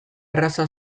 erraza